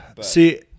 see